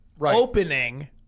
opening